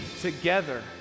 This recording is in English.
together